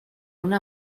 una